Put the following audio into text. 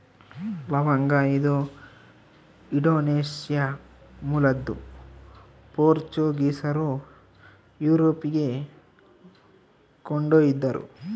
ಲವಂಗ ಇದು ಇಂಡೋನೇಷ್ಯಾ ಮೂಲದ್ದು ಪೋರ್ಚುಗೀಸರು ಯುರೋಪಿಗೆ ಕೊಂಡೊಯ್ದರು